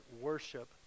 worship